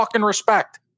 respect